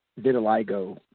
vitiligo